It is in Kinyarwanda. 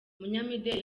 umunyamideli